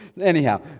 Anyhow